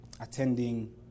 attending